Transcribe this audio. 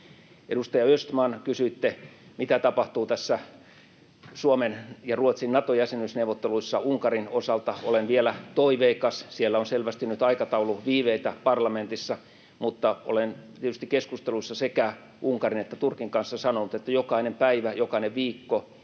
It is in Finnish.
Edustaja Östman, kysyitte, mitä tapahtuu Suomen ja Ruotsin Nato-jäsenyysneuvotteluissa Unkarin osalta. Olen vielä toiveikas. Siellä on selvästi nyt aikatauluviiveitä parlamentissa, mutta olen tietysti keskusteluissa sekä Unkarin että Turkin kanssa sanonut, että jokainen päivä, jokainen viikko,